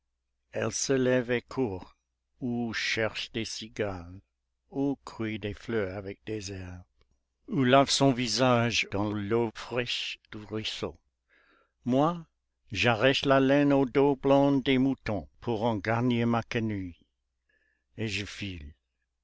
elle se lève et court ou cherche des cigales ou cueille des fleurs avec des herbes ou lave son visage dans l'eau fraîche du ruisseau moi j'arrache la laine au dos blond des moutons pour en garnir ma quenouille et je file